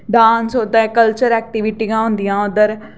dance होंदा culture ऐक्टविटियां होंदियां उद्धर